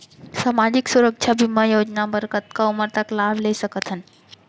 सामाजिक सुरक्षा बीमा योजना बर कतका उमर तक लाभ ले सकथन?